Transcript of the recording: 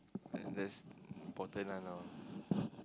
and that's important lah now